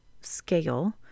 scale